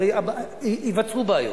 הרי ייווצרו בעיות,